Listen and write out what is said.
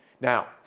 Now